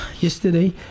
Yesterday